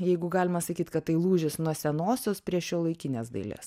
jeigu galima sakyt kad tai lūžis nuo senosios prie šiuolaikinės dailės